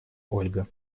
ольга